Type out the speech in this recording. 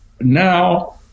now